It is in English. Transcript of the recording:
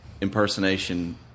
impersonation